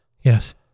Yes